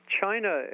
China